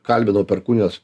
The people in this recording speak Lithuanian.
kalbinau perkūnijos